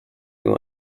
you